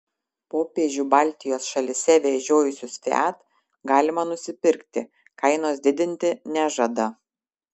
popiežių baltijos šalyse vežiojusius fiat galima nusipirkti kainos didinti nežada